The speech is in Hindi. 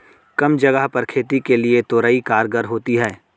कम जगह पर खेती के लिए तोरई कारगर होती है